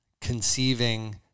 conceiving